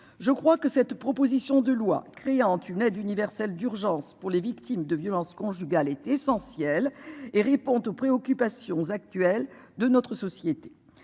je crois que cette proposition de loi créant tu aide universelle d'urgence pour les victimes de violences conjugales était essentiel et répond aux préoccupations actuelles de notre société.